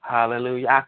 Hallelujah